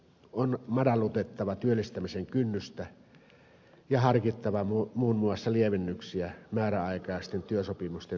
on madallutettava työllistämisen kynnystä ja harkittava muun muassa lievennyksiä määräaikaisten työsopimusten solmimisedellytyksiin